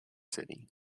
city